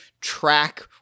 track